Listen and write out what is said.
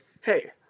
hey